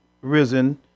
risen